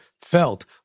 felt